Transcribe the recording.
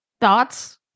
Thoughts